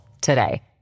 today